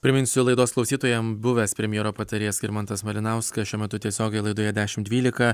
priminsiu laidos klausytojam buvęs premjero patarėjas skirmantas malinauskas šiuo metu tiesiogiai laidoje dešim dvylika